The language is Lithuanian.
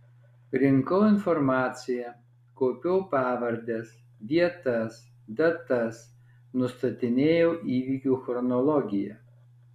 rinkau informaciją kaupiau pavardes vietas datas nustatinėjau įvykių chronologiją